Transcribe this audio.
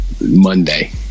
Monday